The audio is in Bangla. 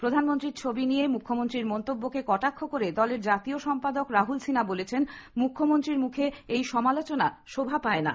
প্রধানমন্ত্রীর ছবি নিয়ে মুখ্যমন্ত্রীর মন্তব্যকে কটাক্ষ করে দলের জাতীয় সম্পাদক রাহুল সিনহা বলেছেন মুখ্যমন্ত্রীর মুখে এই সমালোচনা শোভা পায় না